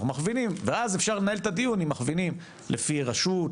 אנחנו מכוונים ואז אפשר לנהל את הדיון אם מכווינים לפי רשות,